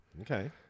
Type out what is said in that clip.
Okay